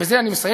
בזה אני מסיים,